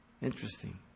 Interesting